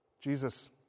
Jesus